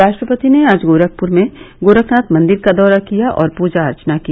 राष्ट्रपति ने आज गोरखपुर में गोरखनाथ मंदिर का दौरा किया और पूजा अर्चना की